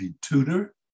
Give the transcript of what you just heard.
tutor